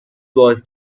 thanks